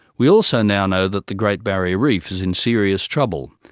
we also now know that the great barrier reef is in serious trouble,